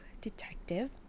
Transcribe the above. detective